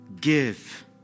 give